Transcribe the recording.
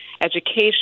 education